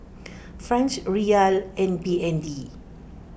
Franc Riyal and B N D